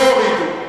לא הורידו.